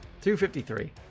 253